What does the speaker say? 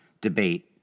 debate